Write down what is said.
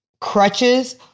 crutches